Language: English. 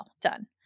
done